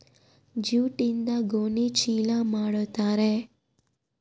ಜೂಟ್ಯಿಂದ ಗೋಣಿ ಚೀಲ ಮಾಡುತಾರೆ